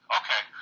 okay